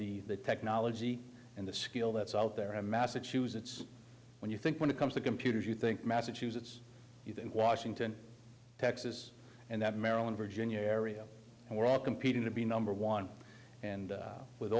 the the technology and the skill that's out there in massachusetts when you think when it comes to computers you think massachusetts is in washington texas and that maryland virginia area and we're all competing to be number one and with